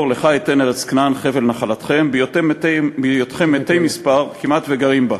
לך אתן את ארץ כנען חבל נחלתכם בהיותם מתי מספר כמעט וגרים בה".